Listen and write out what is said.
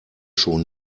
schon